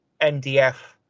MDF